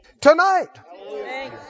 tonight